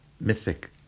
mythic